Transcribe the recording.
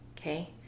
okay